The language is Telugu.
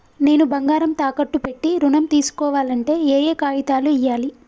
నేను బంగారం తాకట్టు పెట్టి ఋణం తీస్కోవాలంటే ఏయే కాగితాలు ఇయ్యాలి?